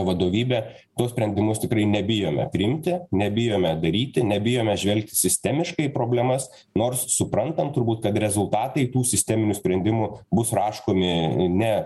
vadovybę tuos sprendimus tikrai nebijome priimti nebijome daryti nebijome žvelgti sistemiškai problemas nors suprantam turbūt kad rezultatai tų sisteminių sprendimų bus raškomi ne